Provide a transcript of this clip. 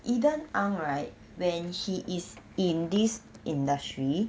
eden ang right when he is in this industry